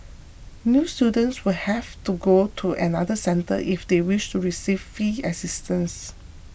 new students will have to go to another centre if they wish to receive fee assistance